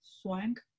swank